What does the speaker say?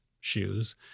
shoes